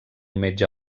metge